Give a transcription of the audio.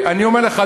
אני אומר לך,